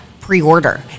pre-order